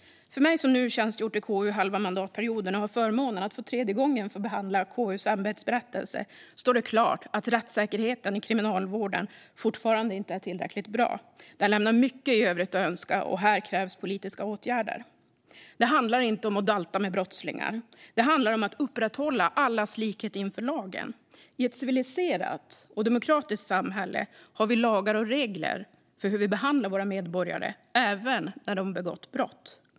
För mig som nu tjänstgjort i KU halva mandatperioden och har förmånen att för tredje gången få behandla JO:s ämbetsberättelse står det klart att rättssäkerheten i kriminalvården fortfarande inte är tillräckligt bra. Den lämnar mycket övrigt att önska, och här krävs politiska åtgärder. Det handlar inte om att dalta med brottslingar. Det handlar om att upprätthålla allas likhet inför lagen. I ett civiliserat och demokratiskt samhälle har vi lagar och regler för hur vi behandlar våra medborgare även när de begått brott.